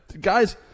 Guys